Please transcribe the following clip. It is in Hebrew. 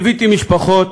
ליוויתי משפחות,